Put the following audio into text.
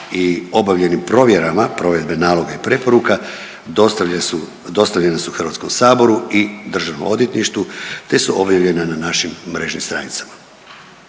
i obavljenim provjerama provedbe naloga i preporuka dostavljena su HS-u i DORH-u te su objavljena na našim mrežnim stranicama.